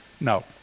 No